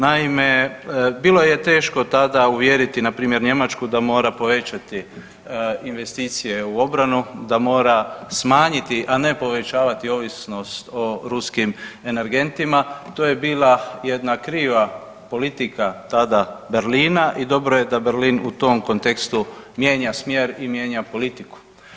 Naime, bilo je teško tada uvjeriti npr. Njemačku da mora povećati investicije u obranu, da mora smanjiti, a ne povećavati ovisnost o ruskim energentima to je bila jedna kriva politika tada Berlina i dobro je da Berlin u tom kontekstu mijenja smjer i mijenja politiku.